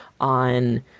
on